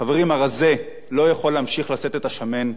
חברים, הרזה לא יכול להמשיך לשאת את השמן,